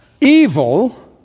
evil